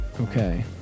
Okay